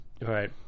Right